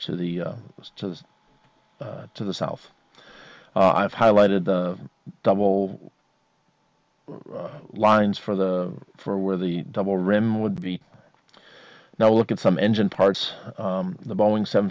to the to the to the south i've highlighted the double lines for the for where the double rim would be now look at some engine parts of the boeing seven